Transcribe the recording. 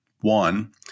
One